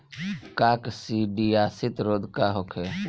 काकसिडियासित रोग का होखे?